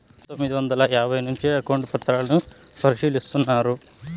పందొమ్మిది వందల యాభైల నుంచే అకౌంట్ పత్రాలను పరిశీలిస్తున్నారు